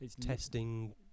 testing